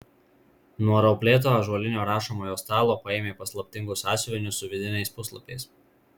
nuo rauplėto ąžuolinio rašomojo stalo paėmė paslaptingus sąsiuvinius su vidiniais puslapiais